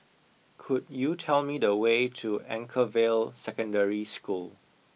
could you tell me the way to Anchorvale Secondary School